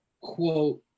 quote